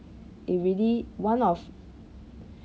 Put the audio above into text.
it really one of